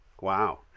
Wow